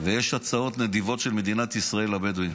ויש הצעות נדיבות של מדינת ישראל לבדואים.